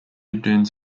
dunes